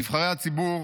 נבחרי הציבור,